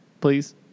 please